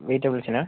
വെജിറ്റെബിൾസിനാണോ